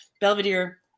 Belvedere